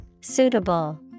Suitable